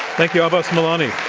thank you, abbas milani.